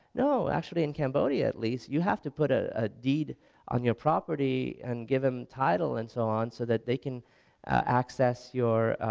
no, actually in cambodia at least you have to put a ah deed on your property and give them the title and so on so that they can access your,